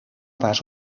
pas